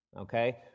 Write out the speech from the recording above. okay